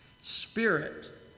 Spirit